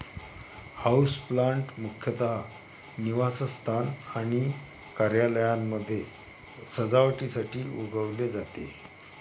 houseplant मुख्यतः निवासस्थान आणि कार्यालयांमध्ये सजावटीसाठी उगवले जाते